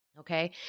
Okay